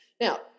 Now